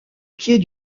pied